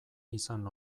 izan